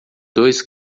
dois